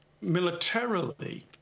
militarily